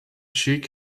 cheek